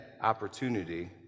opportunity